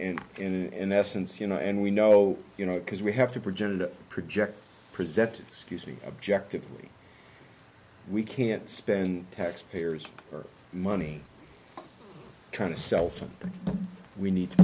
and in essence you know and we know you know because we have to project and project presented excuse me objective we can't spend taxpayers money trying to sell something we need to